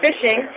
fishing